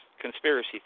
conspiracy